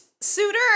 suitor